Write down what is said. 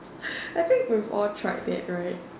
I think we have all tried that right